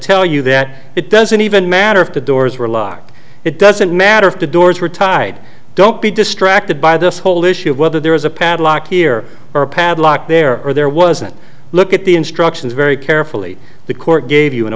tell you that it doesn't even matter if the doors were locked it doesn't matter if the doors were tied don't be distracted by this whole issue of whether there is a padlock here or a padlock there or there wasn't look at the instructions very carefully the court gave you an